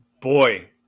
boy